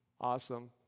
awesome